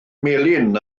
melyn